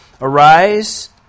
Arise